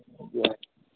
जो है